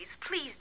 please